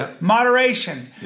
Moderation